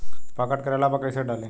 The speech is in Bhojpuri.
पॉकेट करेला पर कैसे डाली?